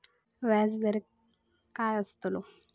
व्याज दर काय आस्तलो?